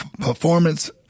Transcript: performance